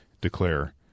declare